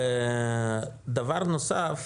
דבר נוסף